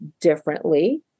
differently